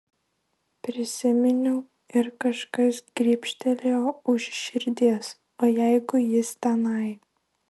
prisiminiau ir kažkas gribštelėjo už širdies o jeigu jis tenai